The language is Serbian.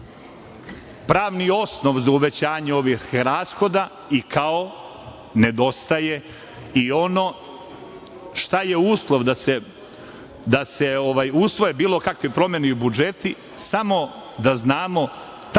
pravni osnov za uvećanje ovih rashoda i kao nedostaje i ono šta je uslov da se usvoje bilo kakve promene i u budžetu. Samo da znamo tačno koliko